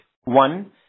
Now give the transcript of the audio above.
One